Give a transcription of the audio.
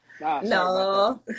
no